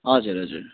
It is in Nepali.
हजुर हजुर